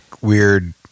weird